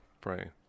pray